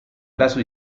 brazo